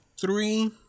three